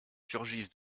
surgissent